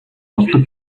болдог